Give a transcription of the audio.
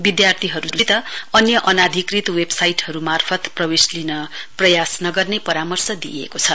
विद्यार्थीहरुसित अन्य अनाधिकृत वेवसाइटहरु मार्फत प्रवेश लिन प्रयास नगर्ने परामर्श दिइएको छ